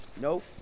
Nope